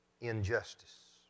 injustice